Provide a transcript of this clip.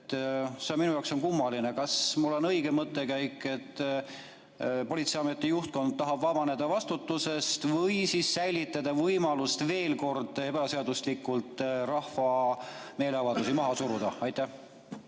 on minu jaoks kummaline. Kas mul on õige mõttekäik, et politseiameti juhtkond tahab vabaneda vastutusest või säilitada võimalust veel kord ebaseaduslikult rahva meeleavaldusi maha suruda? Aitäh!